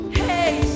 hey